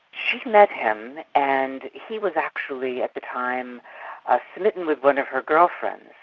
she met him and he was actually at the time ah smitten with one of her girlfriends.